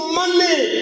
money